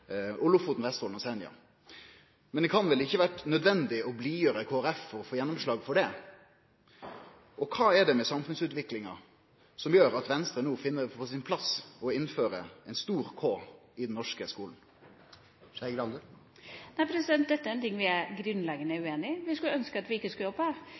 om Lofoten, Vesterålen og Senja. Men det hadde vel ikkje vore nødvendig å blidgjere Kristeleg Folkeparti for å få gjennomslag for det? Kva er det med samfunnsutviklinga som gjer at Venstre no finn det på sin plass å innføre ein stor «K» i den norske skulen? Dette er en ting vi er grunnleggende uenig i. Vi